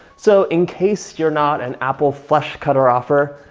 so in case you're not an apple flush cutter offer,